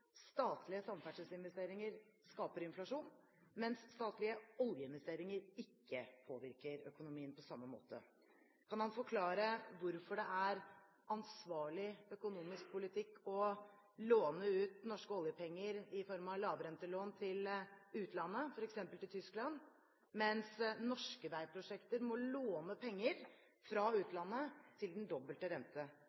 statlige samferdselsinvesteringer skaper inflasjon, mens statlige oljeinvesteringer ikke påvirker økonomien på samme måte? Kan han forklare hvorfor det er ansvarlig økonomisk politikk å låne ut norske oljepenger i form av lavrentelån til utlandet, f.eks. til Tyskland, mens norske veiprosjekter må låne penger fra